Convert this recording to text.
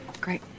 great